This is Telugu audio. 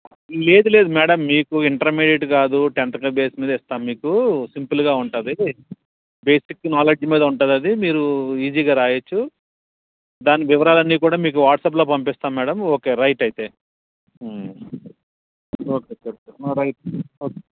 లేదు లేదు మేడం మీకు ఇంటర్మీడియట్ కాదు టెన్త్గా బేస్ మీద ఇస్తాము మీకు సింపుల్గా ఉంటుంది బేసిక్ నాలెడ్జ్ మీద ఉంటుందది మీరు ఈజీగా రాయచ్చు దాని వివరాలన్నీ కూడా మీకు వాట్సాప్లో పంపిస్తాము మేడం ఓకే రైట్ అయితే ఓకే రైట్ ఓకే